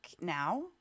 now